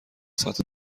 ساعت